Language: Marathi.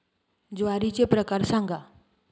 ज्वारीचे प्रकार सांगा